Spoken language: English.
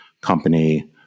company